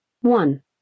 one